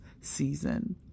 season